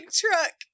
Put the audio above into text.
truck